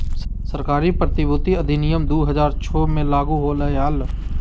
सरकारी प्रतिभूति अधिनियम दु हज़ार छो मे लागू होलय हल